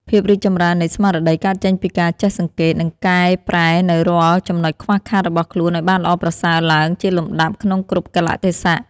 ភាពរីកចម្រើននៃស្មារតីកើតចេញពីការចេះសង្កេត និងកែប្រែនូវរាល់ចំណុចខ្វះខាតរបស់ខ្លួនឱ្យបានល្អប្រសើរឡើងជាលំដាប់ក្នុងគ្រប់កាលៈទេសៈ។